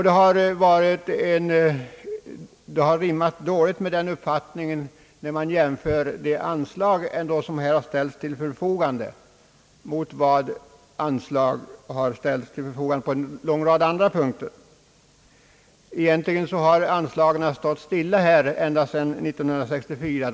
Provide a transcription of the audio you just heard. De anslag som har ställts till förfogande på den här punkten rimmar emellertid dåligt mot de anslag som har beviljats för en lång rad andra ändamål. Anslagen har stått stilla ända sedan 1964.